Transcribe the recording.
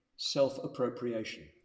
self-appropriation